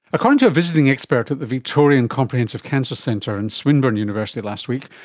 according to a visiting expert at the victorian comprehensive cancer centre in swinburne university last week,